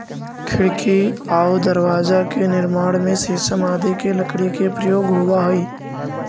खिड़की आउ दरवाजा के निर्माण में शीशम आदि के लकड़ी के प्रयोग होवऽ हइ